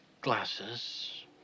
glasses